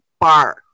bar